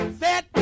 set